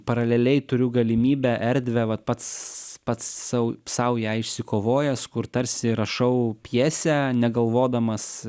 paraleliai turiu galimybę erdvę vat pats pats sau sau ją išsikovojęs kur tarsi rašau pjesę negalvodamas